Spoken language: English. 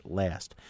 last